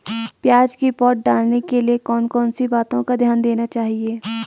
प्याज़ की पौध डालने के लिए कौन कौन सी बातों का ध्यान देना चाहिए?